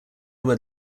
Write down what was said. where